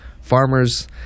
farmers